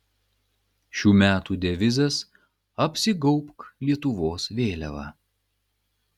šių metų devizas apsigaubk lietuvos vėliava